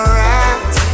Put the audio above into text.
right